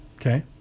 Okay